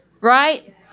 Right